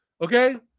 Okay